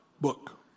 book